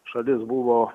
šalis buvo